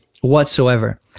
whatsoever